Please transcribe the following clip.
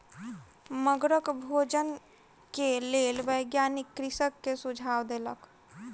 मगरक भोजन के लेल वैज्ञानिक कृषक के सुझाव देलक